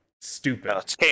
stupid